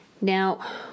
Now